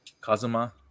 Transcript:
Kazuma